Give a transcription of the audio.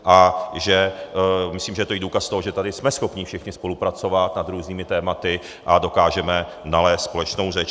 A myslím, že to je i důkaz toho, že tady jsme schopni všichni spolupracovat nad různými tématy a dokážeme nalézt společnou řeč.